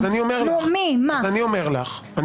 אני אומר לך.